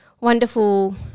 wonderful